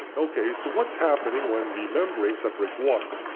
okay so what's happening when the membrane separates water.